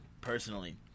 personally